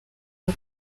bwo